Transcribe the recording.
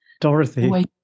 Dorothy